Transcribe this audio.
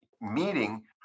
meeting